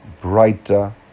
brighter